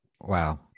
Wow